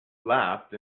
laughed